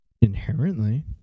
inherently